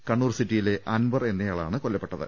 കണ്ണൂർ സിറ്റിയിലെ അൻവർ എന്നയാളാണ് കൊല്ലപ്പെട്ടത്